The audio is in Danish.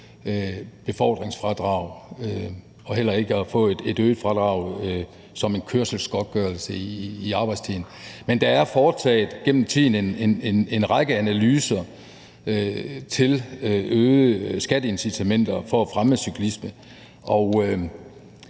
befordringsfradrag og heller ikke at få et øget fradrag som en kørselsgodtgørelse i arbejdstiden. Men der er gennem tiden foretaget en række analyser af forskellige skatteincitamenter med henblik på at fremme cyklismen.